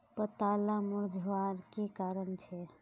पत्ताला मुरझ्वार की कारण छे?